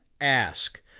ask